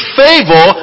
favor